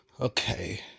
Okay